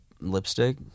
lipstick